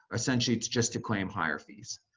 essentially it's just to claim higher fees.